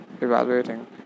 evaluating